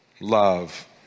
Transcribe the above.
love